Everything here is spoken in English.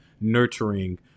nurturing